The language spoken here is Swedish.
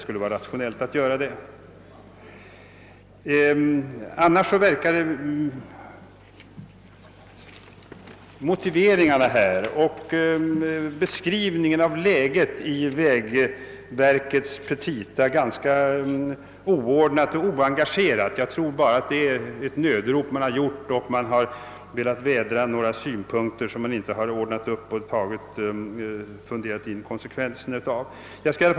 I övrigt ger motiveringarna och beskrivningen av läget i vägverkets petita ett ganska oordnat och oengagerat intryck. Man har egentligen bara sänt ut ett nödrop och har därutöver velat vädra ett par synpunkter, som man inte ordnat upp och dragit ut konsekvenserna av.